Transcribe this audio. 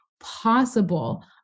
possible